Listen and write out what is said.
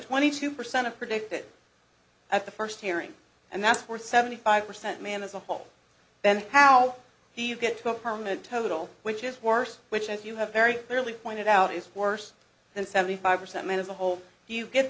twenty two percent of predicted at the first hearing and that's for seventy five percent man as a whole then how do you get up permanent total which is worse which as you have very clearly pointed out is worse than seventy five percent as a whole you get